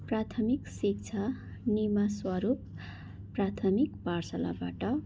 प्राथमिक शिक्षा निमा स्वरूप प्राथमिक पाठशालाबाट